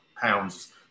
pounds